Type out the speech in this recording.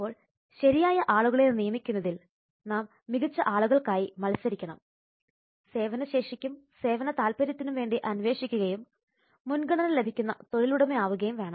അപ്പോൾ ശരിയായ ആളുകളെ നിയമിക്കുന്നതിൽ നാം മികച്ച ആളുകൾക്കായി മത്സരിക്കണം സേവനശേഷിക്കും സേവന താൽപര്യത്തിനു വേണ്ടി അന്വേഷിക്കുകയും മുൻഗണന ലഭിക്കുന്ന തൊഴിലുടമ ആവുകയും വേണം